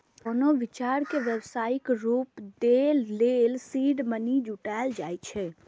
कोनो विचार कें व्यावसायिक रूप दै लेल सीड मनी जुटायल जाए छै